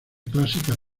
clásicas